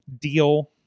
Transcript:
deal